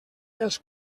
els